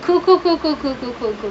cool cool cool cool cool cool cool cool